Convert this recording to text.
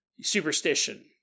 superstition